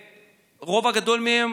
והרוב הגדול מהם